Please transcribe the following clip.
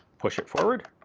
push it forward,